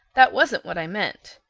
that wasn't what i meant.